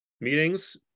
meetings